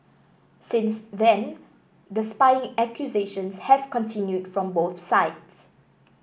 since then the spying accusations have continued from both sides